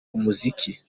umuziki